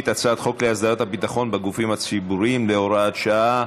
על הצעת החוק להסדרת הביטחון בגופים הציבוריים (הוראת שעה).